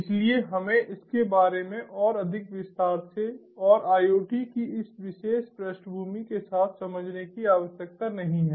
इसलिए हमें इसके बारे में और अधिक विस्तार से और IoT की इस विशेष पृष्ठभूमि के साथ समझने की आवश्यकता नहीं है